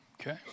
Okay